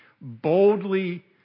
Boldly